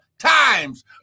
Times